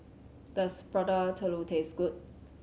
does Prata Telur taste good